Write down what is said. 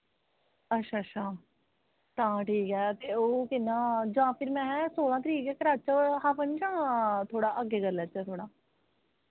अच्छा अच्छा तां ठीक ऐ ते ओह् कि'यां जां फिर महै सोलां तरीक गै कराचै हवन जां थोह्ड़ा अग्गै करी लैचै थोह्ड़ा